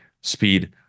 speed